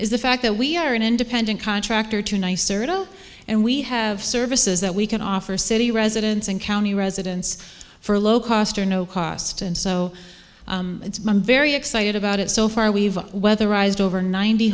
is the fact that we are an independent contractor to nicer at zero and we have services that we can offer city residents and county residents for low cost or no cost and so it's been very excited about it so far we've weatherized over ninety